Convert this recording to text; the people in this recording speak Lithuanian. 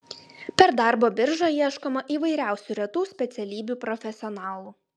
per darbo biržą ieškoma įvairiausių retų specialybių profesionalų